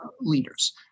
leaders